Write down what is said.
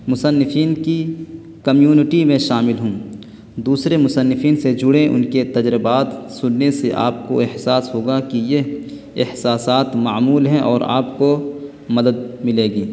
مصنفین کی کمیونٹی میں شامل ہوں دوسرے مصنفین سے جڑیں ان کے تجربات سننے سے آپ کو احساس ہوگا کہ یہ احساسات معمول ہیں اور آپ کو مدد ملے گی